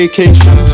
Vacation